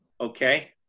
okay